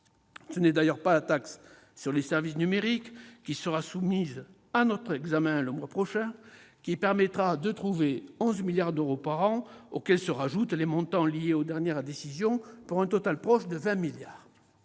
Ce n'est pas la taxe sur les services numériques, qui sera soumise à notre examen le mois prochain, qui permettra de trouver 11 milliards d'euros par an, auxquels s'ajoutent les montants liés aux dernières décisions, pour un total proche de 20 milliards